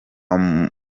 murumuna